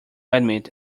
admit